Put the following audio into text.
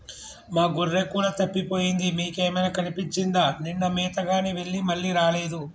మా గొర్రె కూడా తప్పిపోయింది మీకేమైనా కనిపించిందా నిన్న మేతగాని వెళ్లి మళ్లీ రాలేదు